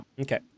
okay